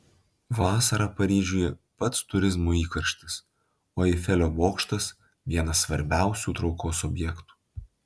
vasarą paryžiuje pats turizmo įkarštis o eifelio bokštas vienas svarbiausių traukos objektų